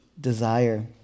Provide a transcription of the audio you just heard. desire